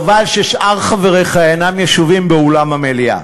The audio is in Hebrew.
חבל ששאר חבריך אינם יושבים באולם המליאה,